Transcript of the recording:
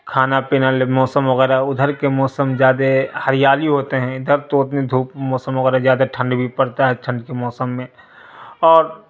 کھانا پینا موسم وغیرہ ادھر کے موسم زیادہ ہریالی ہوتے ہیں ادھر تو اپنے دھوپ موسم وغیرہ زیادہ ٹھنڈ بھی پڑتا ہے ٹھنڈ کے موسم میں اور